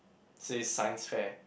say Science fair